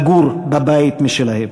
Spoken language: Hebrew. לגור בבית משלהם.